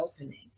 opening